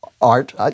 art